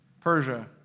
Persia